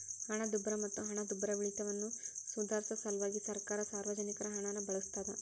ಹಣದುಬ್ಬರ ಮತ್ತ ಹಣದುಬ್ಬರವಿಳಿತವನ್ನ ಸುಧಾರ್ಸ ಸಲ್ವಾಗಿ ಸರ್ಕಾರ ಸಾರ್ವಜನಿಕರ ಹಣನ ಬಳಸ್ತಾದ